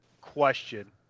question